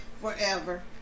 forever